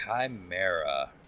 Chimera